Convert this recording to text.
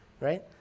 right